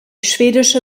schwedische